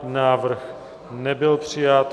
Návrh nebyl přijat.